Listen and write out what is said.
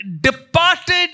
departed